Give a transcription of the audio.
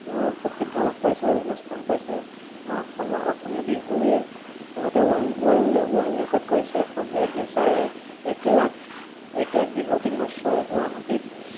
প্ৰসিদ্ধ লাভ কৰিছে বা বিভিন্ন স্থান পাইছে আমাৰ অসমৰ অসমীয়া বিহুৱে আগতে ৱৰ্ল্ড ৱৰ্ল্ড ৱৰ্ল্ড ৰেকৰ্ড কৰিছে আচলতে এহেজাৰ এক লাখ এক লাখ বিহুৱতীক নচুৱাই গুৱাহাটীত